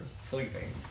sleeping